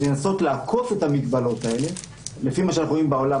לנסות לעקוף את המגבלות האלה לפי מה שאנחנו רואים בעולם